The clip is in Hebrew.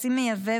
חצי מייבב,